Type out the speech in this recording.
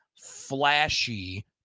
flashy